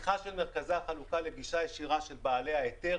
פתיחה של מרכזי החלוקה לגישה ישירה של בעלי ההיתר,